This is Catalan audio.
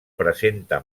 presenta